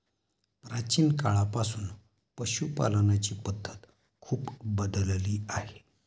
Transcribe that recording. प्राचीन काळापासून पशुपालनाची पद्धत खूप बदलली आहे